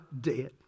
dead